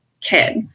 kids